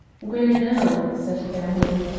where now? said fairholme.